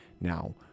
now